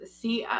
see